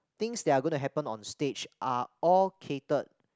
things that are going to happen on stage are all catered